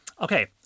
Okay